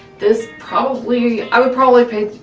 this, probably, i would probably pay.